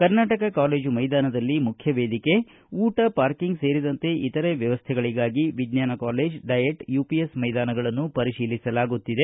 Karnataka college ಮೈದಾನದಲ್ಲಿ ಮುಖ್ಯ ವೇದಿಕೆ ಊಟ ಪಾರ್ಕಿಂಗ್ ಸೇರಿದಂತೆ ಇತರೆ ವ್ಯವಸ್ಥೆಗಳಗಾಗಿ ವಿಜ್ಞಾನ ಕಾಲೇಜು ಡಯಟ್ ಯುಪಿಎಸ್ ಮೈದಾನಗಳನ್ನು ಪರಿಶೀಲಿಸಲಾಗುತ್ತಿದೆ